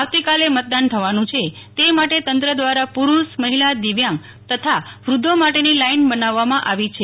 આવતીકાલે મતદાન થવાનું છે તે માટે તંત્ર દ્વારા પુરૂષ મહિલા દિવ્યાંગ તથા વૃધ્ધો ત્રણ લાઈન બનાવવામાં આવી છે